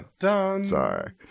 sorry